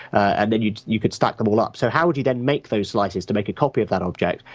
and then you you could stack them all up. so how would you then make those slices to make a copy of that object?